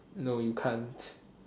no you can't